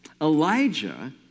Elijah